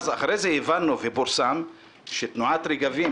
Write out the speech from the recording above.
אחרי זה הבנו ופורסם שתנועת רגבים,